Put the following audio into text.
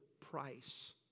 price